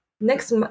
next